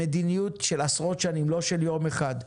מדיניות של עשרות שנים, לא של יום אחד.